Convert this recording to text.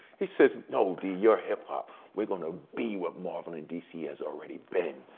he says, no, d, you're hip hop, we're gonna be what marvel and dc has already been.